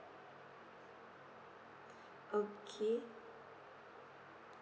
okay